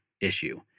issue